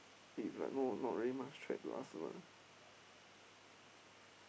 it's like no not really much like the last one ah